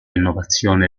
innovazione